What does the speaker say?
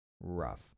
Rough